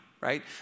right